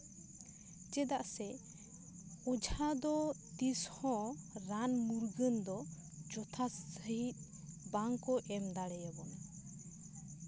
ᱪᱮᱫᱟᱜ ᱥᱮ ᱚᱡᱷᱟ ᱫᱚ ᱛᱤᱥᱦᱚᱸ ᱨᱟᱱ ᱢᱩᱨᱜᱟᱹᱱ ᱫᱚ ᱡᱚᱛᱷᱟᱛ ᱥᱟᱹᱦᱤᱪ ᱵᱟᱝᱠᱚ ᱮᱢ ᱫᱟᱲᱮ ᱟᱵᱚᱱᱟ